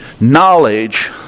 Knowledge